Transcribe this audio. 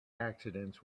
accidents